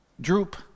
droop